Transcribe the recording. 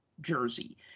jersey